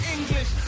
English